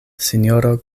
sinjoro